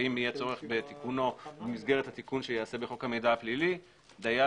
ואם יהיה צורך בתיקוני במסגרת התיקון שייעשה בחוק המידע הפלילי דיה